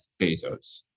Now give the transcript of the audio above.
Bezos